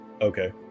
Okay